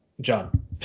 john